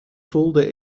voelde